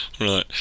Right